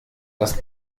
das